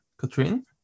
Katrin